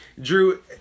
Drew